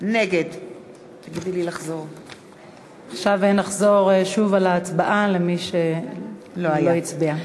נגד עכשיו נחזור שוב על ההצבעה, למי שלא הצביע.